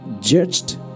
judged